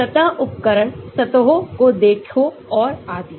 सतह उपकरण सतहों को देखो औरआदि